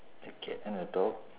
a cat and a dog